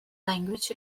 language